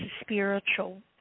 spiritual